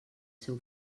seu